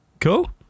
cool